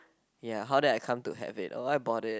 ya how did I come to have it oh I brought it